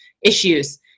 issues